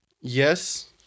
yes